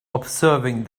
observing